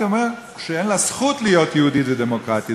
אומר שאין לה זכות להיות יהודית ודמוקרטית,